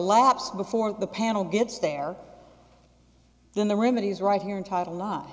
lapse before the panel gets there then the remedy is right here in title